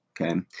Okay